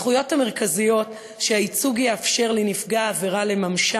הזכויות המרכזיות שהייצוג יאפשר לנפגע העבירה לממש